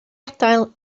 adael